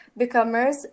Becomers